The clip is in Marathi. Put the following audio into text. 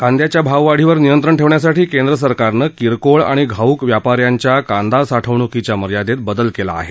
कांदयाच्या भाववाढीवर नियंत्रण ठेवण्यासाठी केंद्र सरकारनं किरकोळ आणि घाऊक व्यापाऱ्यांच्या कांदा साठवणुकीच्या मर्यादेत बदल केला आहे